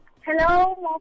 Hello